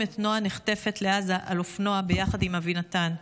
את נועה נחטפת לעזה על אופנוע ביחד עם אבינתן,